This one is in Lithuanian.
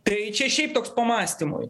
tai čia šiaip toks pamąstymui